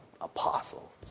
apostle